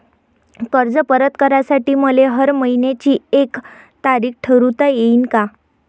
कर्ज परत करासाठी मले हर मइन्याची एक तारीख ठरुता येईन का?